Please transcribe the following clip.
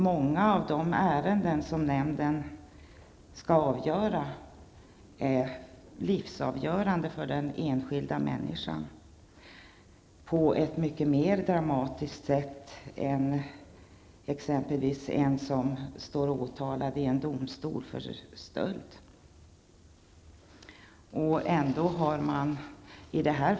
Många av de ärenden som nämnden skall avgöra är livsavgörande för den enskilda människan på ett mycket mer dramatiskt sätt än när det t.ex. gäller en person som står åtalad i en domstol på grund av exempelvis stöld.